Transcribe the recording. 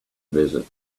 visit